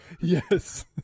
Yes